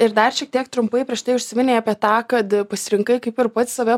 ir dar šiek tiek trumpai prieš tai užsiminei apie tą kad pasirinkai kaip ir pats save